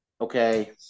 okay